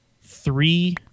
three